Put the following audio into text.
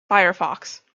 firefox